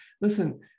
listen